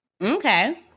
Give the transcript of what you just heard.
okay